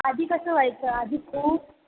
आधी कसं व्हायचं आधी खूप